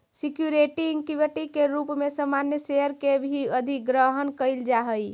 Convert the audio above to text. security equity के रूप में सामान्य शेयर के भी अधिग्रहण कईल जा हई